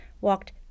walked